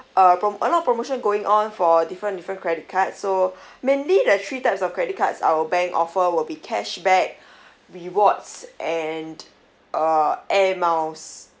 uh prom~ a lot of promotion going on for different different credit card so mainly the three types of credit cards our bank offer will be cashback rewards and uh air miles